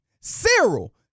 Cyril